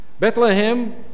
Bethlehem